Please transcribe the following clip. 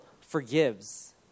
forgives